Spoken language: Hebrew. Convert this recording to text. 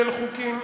אתה משקר.